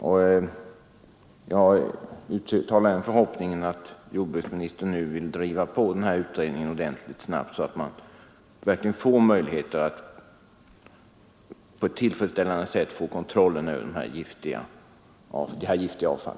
Jag uttalar den förhoppningen att jordbruksministern nu vill driva på den här utredningen ordentligt, så att man snabbt får en tillfredsställande kontroll över detta giftiga avfall.